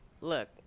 look